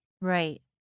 Right